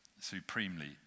Supremely